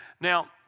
Now